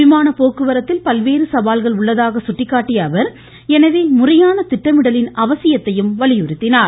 விமான போக்குவரத்தில் பல்வேறு சவால்கள் உள்ளதாக சுட்டிக்காட்டிய அவர் எனவே முறையான திட்டமிடலின் அவசியத்தை வலியுறுத்தினார்